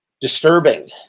disturbing